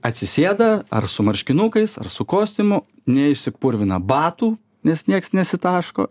atsisėda ar su marškinukais ar su kostiumu neišsipurvina batų nes nieks nesitaško